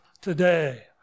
today